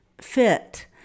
fit